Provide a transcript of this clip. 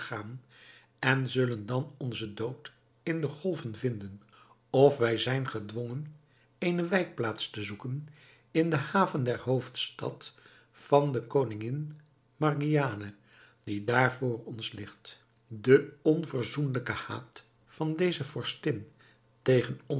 en zullen dan onzen dood in de golven vinden of wij zijn gedwongen eene wijkplaats te zoeken in de haven der hoofdstad van de koningin margiane die daar voor ons ligt de onverzoenlijke haat van deze vorstin tegen